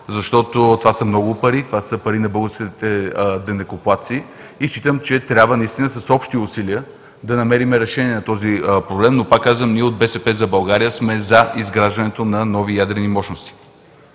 защото това са много пари, това са пари на българските данъкоплатци. Считам, че трябва с общи усилия да намерим решение на този проблем. Пак казвам, ние от „БСП за България” сме за изграждането на нови ядрени мощности.